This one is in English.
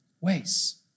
ways